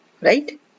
right